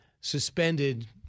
suspended